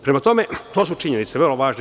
Prema tome, to su činjenice vrlo važne.